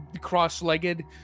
cross-legged